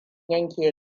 yanke